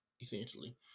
essentially